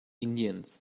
indiens